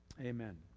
Amen